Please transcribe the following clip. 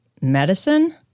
medicine